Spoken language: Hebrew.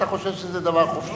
אתה חושב שזה דבר חופשי.